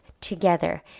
together